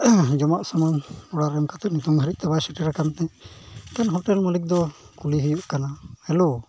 ᱡᱚᱢᱟᱜ ᱥᱟᱢᱟᱱ ᱚᱰᱟᱨ ᱮᱢ ᱠᱟᱛᱮᱫ ᱱᱤᱛᱚᱝ ᱫᱷᱟᱹᱨᱤᱡ ᱛᱮ ᱵᱟᱭ ᱥᱮᱴᱮᱨ ᱟᱠᱟᱱ ᱛᱮ ᱢᱮᱱᱠᱷᱟᱱ ᱦᱳᱴᱮᱞ ᱢᱟᱹᱞᱤᱠ ᱫᱚ ᱠᱩᱞᱤ ᱦᱩᱭᱩᱜ ᱠᱟᱱᱟ ᱦᱮᱞᱳ